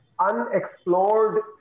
unexplored